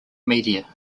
media